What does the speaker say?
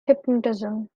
hypnotism